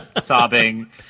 Sobbing